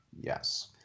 Yes